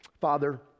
Father